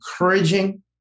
encouraging